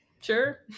Sure